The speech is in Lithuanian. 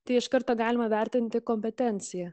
tai iš karto galima vertinti kompetencija